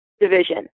division